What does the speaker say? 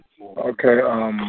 Okay